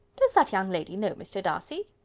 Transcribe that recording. does that young lady know mr. darcy?